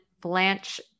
Blanche